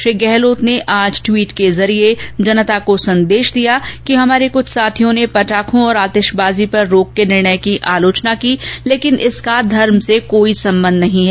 श्री गहलोत ने आज टवीट के जरिये जनता को संदेश दिया कि हमारे कृछ साथियों ने पटाखों और आतिशबाजी पर रोक के निर्णय की आलोचना की परन्तु इसका धर्म से कोई सम्बन्ध नहीं है